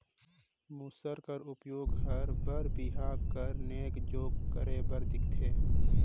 मूसर कर उपियोग हर बर बिहा कर नेग जोग करे बर दिखथे